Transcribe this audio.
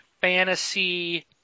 fantasy